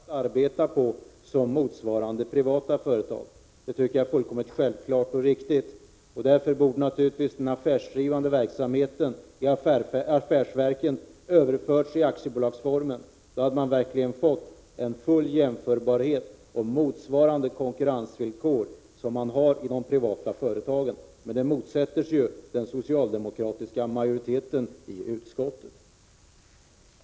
Fru talman! Rune Jonsson sade att affärsverken och de statliga företagen skall få exakt samma villkor att arbeta under som motsvarande privata företag. Jag tycker att det är fullkomligt självklart och riktigt. I linje härmed borde naturligtvis affärsverkens affärsdrivande verksamhet ha överförts i aktiebolagsform. Då hade man verkligen fått en full jämförbarhet med och samma konkurrensvillkor som de privata företagen, men det motsätter sig ju den socialdemokratiska majoriteten i utskottet.